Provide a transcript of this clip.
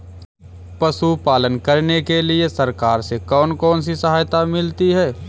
पशु पालन करने के लिए सरकार से कौन कौन सी सहायता मिलती है